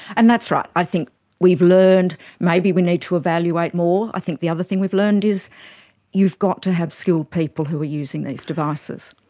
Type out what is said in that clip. and that's right, i think we've learned maybe we need to evaluate more. i think the other thing we've learned is you've got to have skilled people who are using these devices.